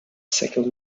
second